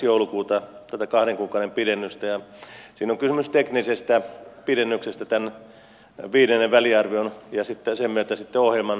joulukuuta tätä kahden kuukauden pidennystä ja siinä on kysymys teknisestä pidennyksestä tämän viidennen väliarvion ja sen myötä sitten ohjelman loppuun saattamisesta